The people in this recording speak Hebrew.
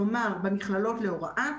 כלומר במכללות להוראה,